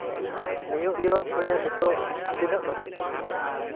New York ᱨᱮ ᱱᱤᱛᱚᱜ ᱛᱤᱱᱟᱹᱜ ᱵᱟᱡᱟᱜ ᱠᱟᱱᱟ